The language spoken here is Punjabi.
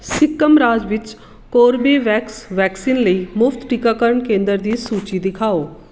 ਸਿੱਕਮ ਰਾਜ ਵਿੱਚ ਕੋਰਬੇਵੈਕਸ ਵੈਕਸੀਨ ਲਈ ਮੁਫ਼ਤ ਟੀਕਾਕਰਨ ਕੇਂਦਰ ਦੀ ਸੂਚੀ ਦਿਖਾਓ